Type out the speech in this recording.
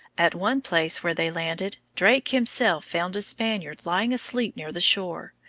at one place where they landed drake himself found a spaniard lying asleep near the shore,